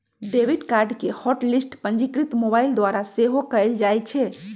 debit card के hot list पंजीकृत mobile द्वारा सेहो कएल जाइ छै